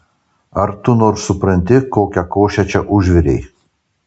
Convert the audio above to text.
ar tu nors supranti kokią košę čia užvirei